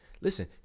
Listen